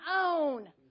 own